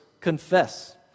confess